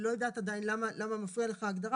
אני לא יודעת עדיין למה מפריעה לך ההגדרה,